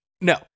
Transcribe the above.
No